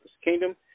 Kingdom